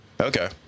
Okay